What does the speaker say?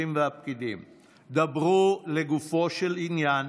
דברו לגופו של עניין